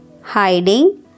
hiding